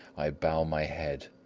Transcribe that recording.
i bow my head